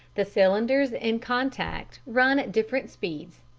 the cylinders in contact run at different speeds,